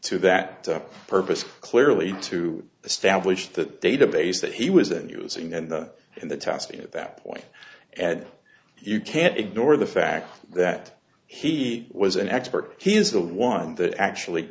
to that purpose clearly to establish that database that he was and using and in the task at that point and you can't ignore the fact that he was an expert he is the one that actually